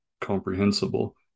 comprehensible